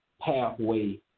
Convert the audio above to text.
pathway